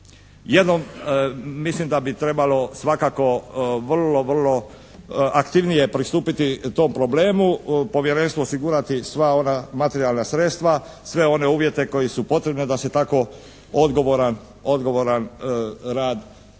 Jednom mislim da bi trebalo svakako vrlo, vrlo aktivnije pristupiti tom problemu, povjerenstvu osigurati sva ona materijalna sredstva, sve one uvjete koji su potrebni da se tako odgovoran rad može